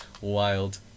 wild